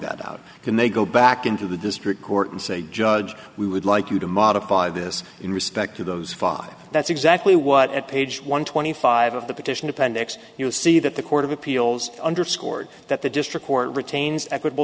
that out can they go back into the district court and say judge we would like you to modify this in respect to those five that's exactly what at page one twenty five of the petition appendix you'll see that the court of appeals underscored that the district court retains equitable